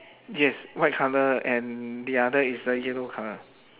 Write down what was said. yes white colour and the other is the yellow colour